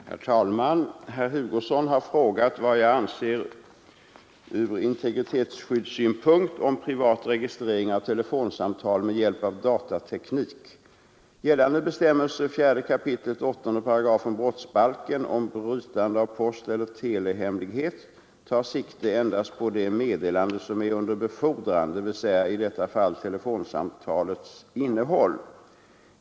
Herr talman! Herr Hugosson har frågat vad jag anser från integritetsskyddssynpunkt om privat registrering av telefonsamtal med hjälp av eller telehemlighet tar sikte endast på det meddelande som är under befordran, dvs. i detta fall telefonsamtalets innehåll.